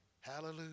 Hallelujah